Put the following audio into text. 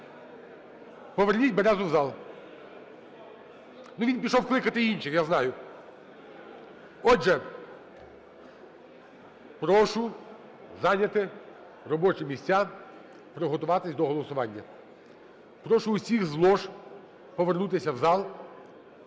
Поверніть Березу в зал. Він пішов кликати інших, я знаю. Отже, прошу зайняти робочі місця, приготуватись до голосування. Прошу всіх з лож повернутися в зал